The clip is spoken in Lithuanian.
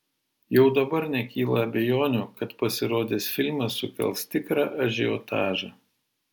jau dabar nekyla abejonių kad pasirodęs filmas sukels tikrą ažiotažą